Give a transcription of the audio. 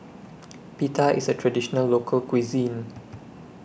Pita IS A Traditional Local Cuisine